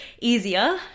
easier